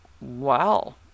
wow